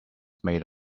made